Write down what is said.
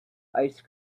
ice